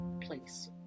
place